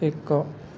ଏକ